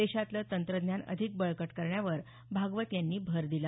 देशातलं तंत्रज्ञान अधिक बळकट करण्यावर भागवत यांनी भर दिला